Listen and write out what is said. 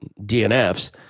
DNFs